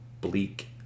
bleak